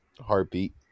heartbeat